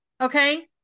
Okay